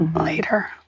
Later